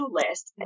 list